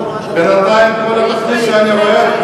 בינתיים כל התוכנית שאני רואה,